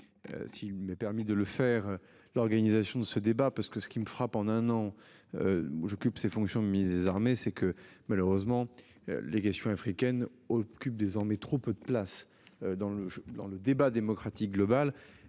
S'il m'est permis de le faire. L'organisation de ce débat parce que ce qui me frappe en un an. J'occupe ses fonctions mise c'est que malheureusement. Les questions africaines occupent désormais trop peu de place dans le, dans le débat démocratique globale.